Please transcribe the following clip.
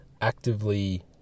actively